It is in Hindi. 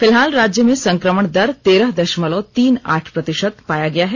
फिलहाल राज्य में संक्रमण दर तेरह दशमलव तीन आठ प्रतिशत पाया गया है